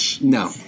no